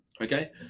Okay